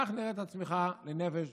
כך נראית הצמיחה לנפש